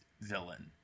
villain